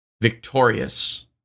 victorious